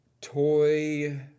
toy